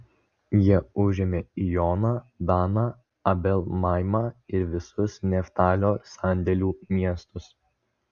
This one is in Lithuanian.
jie užėmė ijoną daną abel maimą ir visus neftalio sandėlių miestus